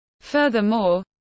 Furthermore